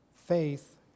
faith